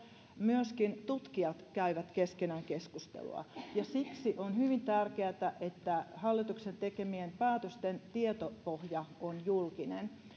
myöskin tutkijat käyvät keskenään keskustelua siksi on hyvin tärkeätä että hallituksen tekemien päätösten tietopohja on julkinen